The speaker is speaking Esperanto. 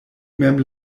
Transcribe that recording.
mem